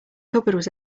cupboard